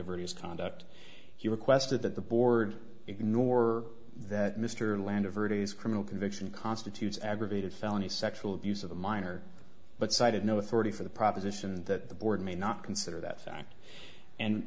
his conduct he requested that the board ignore that mr land of verdi's criminal conviction constitutes aggravated felony sexual abuse of a minor but cited no authority for the proposition that the board may not consider that fact and